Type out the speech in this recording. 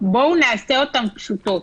בואו נעשה אותן פשוטות.